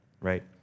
right